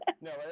No